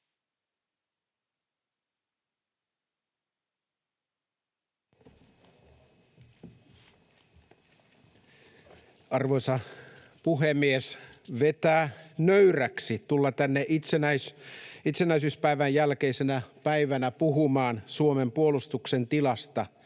Arvoisa puhemies! Vetää nöyräksi tulla tänne itsenäisyyspäivän jälkeisenä päivänä puhumaan Suomen puolustuksen tilasta